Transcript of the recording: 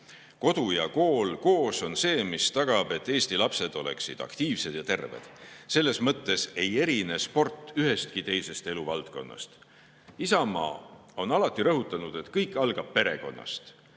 Kodu ja kool koos on see, mis tagab, et Eesti lapsed oleksid aktiivsed ja terved. Selles mõttes ei erine sport ühestki teisest eluvaldkonnast. Isamaa on alati rõhutanud, et kõik algab perekonnast.